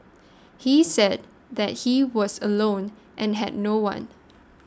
he said that he was alone and had no one